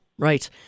Right